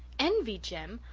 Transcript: envy jem!